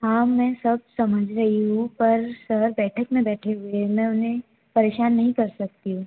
हाँ मैं सब समझ रही हूँ पर सर बैठक में बैठे हुए हैं मैं उन्हें परेशान नहीं कर सकती हूँ